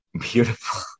Beautiful